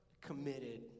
committed